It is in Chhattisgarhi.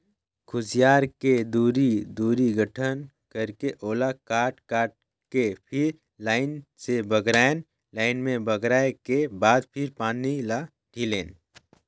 खुसियार के दूरी, दूरी गठन करके ओला काट काट के फिर लाइन से बगरायन लाइन में बगराय के बाद फिर पानी ल ढिलेन